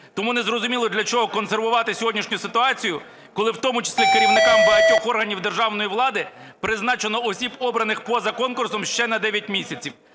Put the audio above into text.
Тому не зрозуміло, для чого консервувати сьогоднішню ситуацію, коли в тому числі керівниками багатьох органів державної влади призначено осіб, обраних поза конкурсом, ще на 9 місяців.